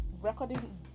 recording